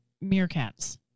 meerkats